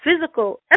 physical